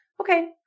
okay